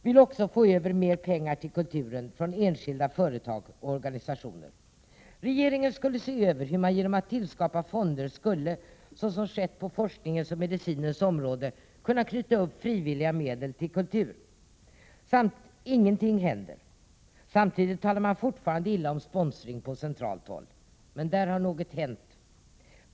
Vi moderater vill föra över mer pengar från enskilda företag och organisationer till kulturen. Regeringen skulle se över hur man genom inrättande av fonder skulle, så som skett på forskningens och medicinens område, kunna knyta frivilliga medel till kultur. Men ingenting händer! Samtidigt talar man fortfarande på centralt håll illa om sponsring. Men på den punkten har något hänt.